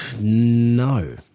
No